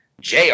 Jr